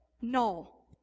no